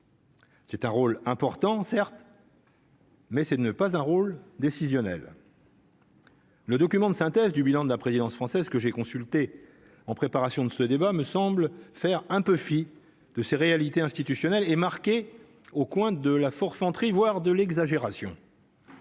C'est un rôle important certes. Mais c'est de ne pas un rôle décisionnel. Le document de synthèse du bilan de la présidence française que j'ai consulté en préparation de ce débat me semble faire un peu fi de ces réalités institutionnelles et marquée au coin de la forfanterie, voire de l'exagération.